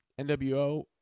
NWO